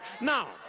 now